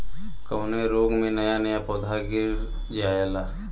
कवने रोग में नया नया पौधा गिर जयेला?